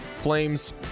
Flames